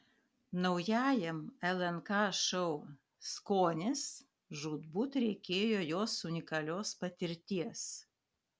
naujajam lnk šou skonis žūtbūt reikėjo jos unikalios patirties